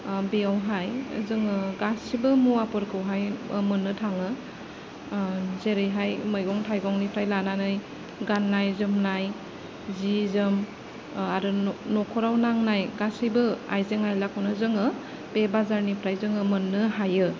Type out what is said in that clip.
बेयावहाय जोङो गासैबो मुवाफोरखौहाय मोननो थाङो जेरैहाय मैगं थाइगंनिफ्राय लानानै गाननाय जोमनाय जि जोम आरो न'खराव नांनाय गासैबो आइजें आइलाखौनो जोङो बे बाजारनिफ्राय जोङो मोननो हायो